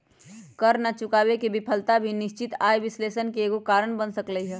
कर न चुकावे के विफलता भी निश्चित आय विश्लेषण के एगो कारण बन सकलई ह